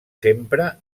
sempre